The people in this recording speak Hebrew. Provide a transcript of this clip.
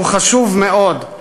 שהוא חשוב מאוד,